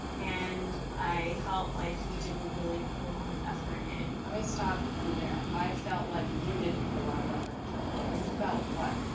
and i felt like you didn't really put a lot of effort in. let me stop you there. i felt like you didn't put a lot of effort into it. you felt what?